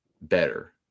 better